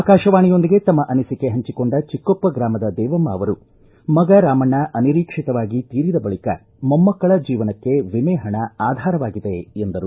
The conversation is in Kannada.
ಆಕಾಶವಾಣಿಯೊಂದಿಗೆ ತಮ್ನ ಅನಿಸಿಕೆ ಹಂಚಿಕೊಂಡ ಚಿಕೊಪ್ಪ ಗ್ರಾಮದ ದೇವಮ್ನ ಅವರು ಮಗ ರಾಮಣ್ಣ ಅನಿರೀಕ್ಷಿತವಾಗಿ ತೀರಿದ ಬಳಿಕ ಮೊಮ್ಹಳ ಜೀವನಕ್ಕೆ ವಿಮೆ ಹಣ ಆಧಾರವಾಗಿದೆ ಎಂದರು